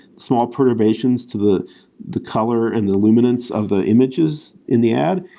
small perturbations to the the color and the luminance of the images in the ad.